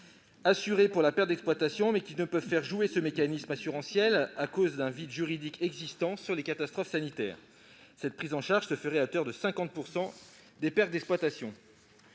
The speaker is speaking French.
assurées pour la perte d'exploitation, mais qui ne peuvent pas faire jouer ce mécanisme assurantiel à cause du vide juridique dont font l'objet les catastrophes sanitaires. Cette prise en charge serait garantie à hauteur de 50 % des pertes d'exploitation.